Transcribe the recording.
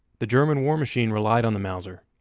the german war machine relied on the mauser,